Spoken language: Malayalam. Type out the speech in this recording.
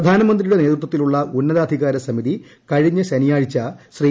പ്രധാനമന്ത്രിയുടെ നേതൃത്വത്തിലേക്കുള്ള ഉന്നതാധികാര സമിതി കഴിഞ്ഞ ശനിയാഴ്ച ശ്രീ